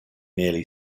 nearly